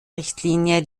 richtlinie